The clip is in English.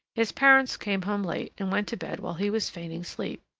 his parents came home late and went to bed while he was feigning sleep.